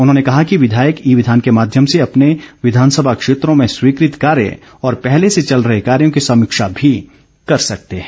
उन्होंने कहा कि विधायक ई विधान के माध्यम र्से अपने विधानसभा क्षेत्रों में स्वीकृत कार्य और पहले से चल रहे कार्यों की समीक्षा भी कर सकते हैं